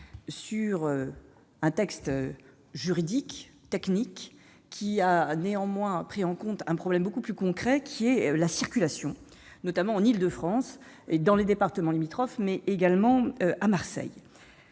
à un texte juridique et technique s'agissant d'un problème beaucoup plus concret : la circulation, notamment en Île-de-France et dans les départements limitrophes, mais également à Marseille.